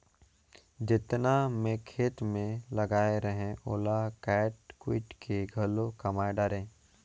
जेतना मैं खेत मे लगाए रहें ओला कायट कुइट के घलो कमाय डारें